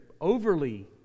overly